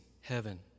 heaven